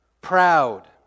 proud